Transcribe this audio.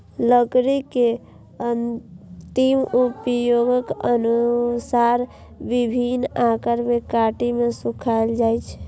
लकड़ी के अंतिम उपयोगक अनुसार विभिन्न आकार मे काटि के सुखाएल जाइ छै